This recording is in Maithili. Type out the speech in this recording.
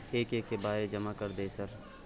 एक एक के बारे जमा कर दे सर?